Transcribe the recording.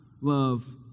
love